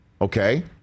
okay